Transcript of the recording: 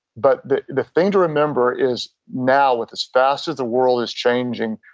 but the the thing to remember is now with as fast as the world is changing,